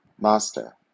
Master